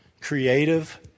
creative